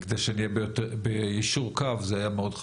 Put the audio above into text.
כדי שנהיה ביישור קו, זה היה מאוד חשוב.